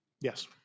Yes